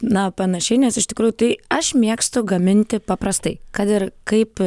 na panašiai nes iš tikrųjų tai aš mėgstu gaminti paprastai kad ir kaip